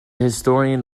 historian